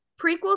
Prequels